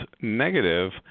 negative